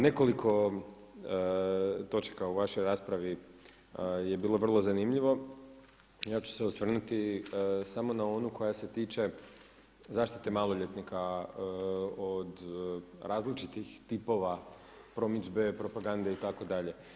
Nekoliko točaka u vašoj raspravi je bilo vrlo zanimljivo i ja ću se osvrnuti samo na onu koja se tiče zaštite maloljetnika od različitih tipova promidžbe, propagande itd.